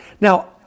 Now